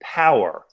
power